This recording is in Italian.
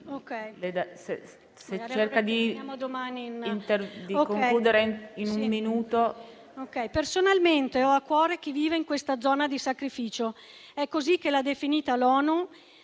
Personalmente ho a cuore chi vive in questa zona di sacrificio. È così che l'ha definita l'ONU,